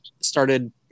started